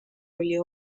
oli